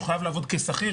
חייב לעבוד כשכיר,